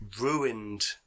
ruined